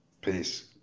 Peace